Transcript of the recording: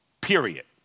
period